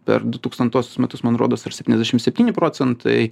per du tūkstantuosius metus man rodos ir septyniasdešim spetyni procentai